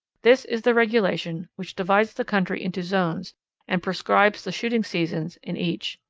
this is the regulation which divides the country into zones and prescribes the shooting seasons in each.